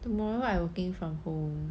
tomorrow I working from home